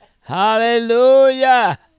Hallelujah